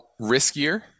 riskier